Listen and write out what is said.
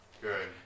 Good